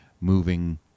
moving